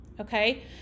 okay